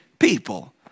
people